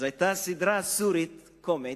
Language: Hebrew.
היתה סדרה סורית קומית.